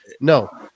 No